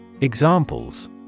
Examples